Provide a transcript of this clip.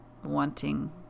Wanting